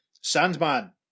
Sandman